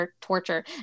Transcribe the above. torture